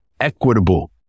equitable